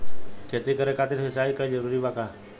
खेती करे खातिर सिंचाई कइल जरूरी बा का?